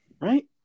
Right